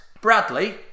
Bradley